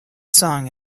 song